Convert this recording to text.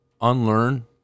unlearn